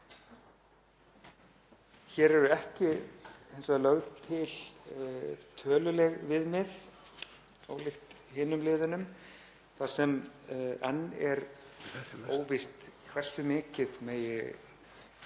Hér eru hins vegar ekki lögð til töluleg viðmið, ólíkt hinum liðunum, þar sem enn er óvíst hversu mikið megi telja